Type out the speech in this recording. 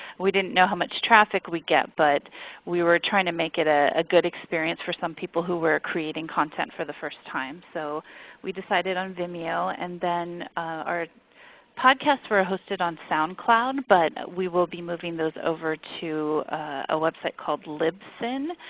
we didn't know how much traffic we would get but we were trying to make it ah a good experience for some people who were creating content for the first time. so we decided on vimeo. and then our podcasts were hosted on soundcloud but we will be moving those over to a website called libsyn,